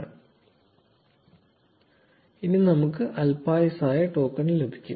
0430 ഇനി നമുക്ക് അല്പായുസ്സായ ടോക്കൺ ലഭിക്കും